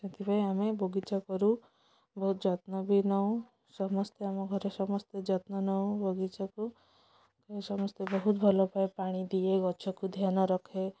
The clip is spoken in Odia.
ସେଥିପାଇଁ ଆମେ ବଗିଚା କରୁ ବହୁତ ଯତ୍ନ ବି ନେଉ ସମସ୍ତେ ଆମ ଘରେ ସମସ୍ତେ ଯତ୍ନ ନେଉ ବଗିଚାକୁ ସମସ୍ତେ ବହୁତ ଭଲ ପାାଏ ପାଣି ଦିଏ ଗଛକୁ ଧ୍ୟାନ ରଖେ